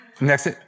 Next